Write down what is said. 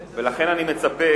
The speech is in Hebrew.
לכן, אני מצפה